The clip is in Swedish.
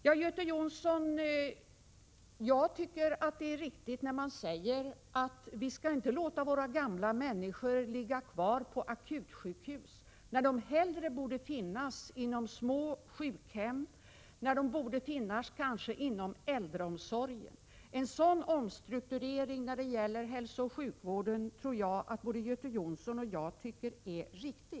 Till Göte Jonsson vill jag säga att det är riktigt att gamla människor inte skall behöva ligga kvar på akutsjukhus när de hellre borde finnas på små sjukhem, kanske inom äldreomsorgen. En sådan omstrukturering när det gäller hälsooch sjukvården anser både Göte Jonsson och jag är riktig.